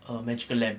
a magical lamp